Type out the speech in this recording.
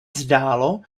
zdálo